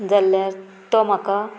जाल्यार तो म्हाका